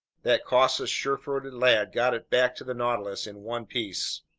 that cautious, sure-footed lad got it back to the nautilus in one piece.